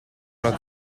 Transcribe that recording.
una